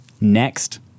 Next